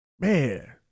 man